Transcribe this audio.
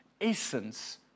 essence